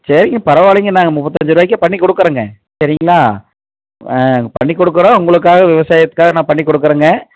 சரிங்க பரவால்லைங்க நாங்கள் முப்பத்தஞ்சு ரூபாய்க்கே பண்ணி கொடுக்குறோங்க சரிங்களா பண்ணி கொடுக்குறோம் உங்களுக்காக விவசாயத்துக்காக நாங்கள் பண்ணி கொடுக்குறோங்க